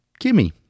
Kimmy